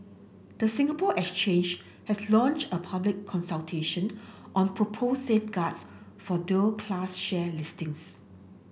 the Singapore Exchange has launched a public consultation on proposed safeguards for dual class share listings